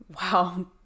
Wow